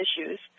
issues